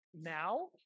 now